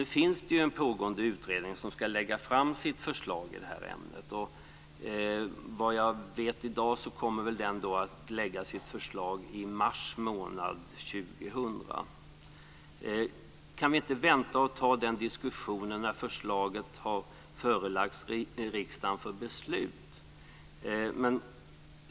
Det finns en pågående utredning som ska lägga fram sitt förslag i det här ämnet. Såvitt jag vet i dag kommer den att lägga fram sitt förslag i mars 2000. Kan vi inte vänta och ta den diskussionen när förslaget har förelagts riksdagen för beslut?